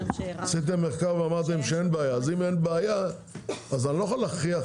עשיתם מחקר ואמרתם שאין בעיה אז אני לא יכול להכריח